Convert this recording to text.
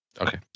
Okay